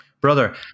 Brother